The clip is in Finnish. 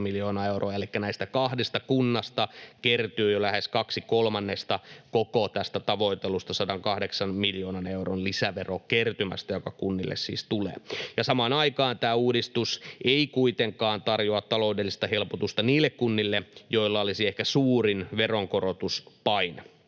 elikkä näistä kahdesta kunnasta kertyy jo lähes kaksi kolmannesta koko tästä tavoitellusta 108 miljoonan euron lisäverokertymästä, joka kunnille siis tulee. Samaan aikaan tämä uudistus ei kuitenkaan tarjoa taloudellista helpotusta niille kunnille, joilla olisi ehkä suurin veronkorotuspaine.